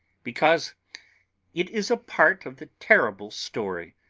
because it is a part of the terrible story,